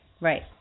right